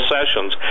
Sessions